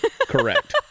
correct